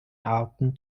arten